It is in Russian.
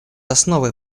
основой